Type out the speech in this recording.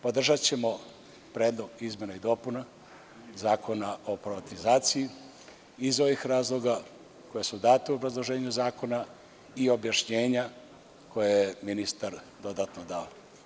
Podržaćemo Predlog izmena i dopuna Zakona o privatizaciji iz ovih razloga koja su data u obrazloženju zakona i objašnjenja koje je ministar dodatno dao.